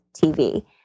TV